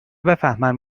بفهمن